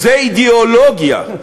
זה אידיאולוגיה.